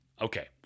Okay